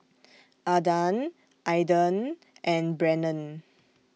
Adan Aidan and Brennon